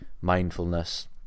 mindfulness